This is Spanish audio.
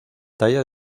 talla